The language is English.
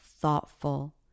thoughtful